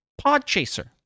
Podchaser